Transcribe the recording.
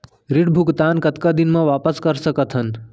ऋण भुगतान कतका दिन म वापस कर सकथन?